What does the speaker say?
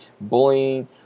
bullying